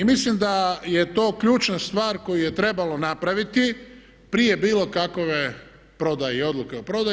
Mislim da je to ključna stvar koju je trebalo napraviti prije bilo kakve prodaje i odluke o prodaji.